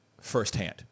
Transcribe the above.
firsthand